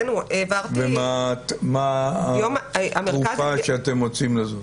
ומה התרופה שאתם מוצאים לזה?